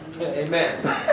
Amen